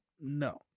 No